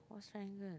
what's triangle